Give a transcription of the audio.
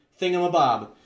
thingamabob